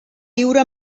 viure